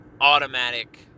automatic